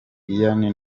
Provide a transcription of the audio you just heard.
iryn